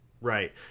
Right